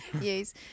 yes